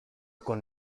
con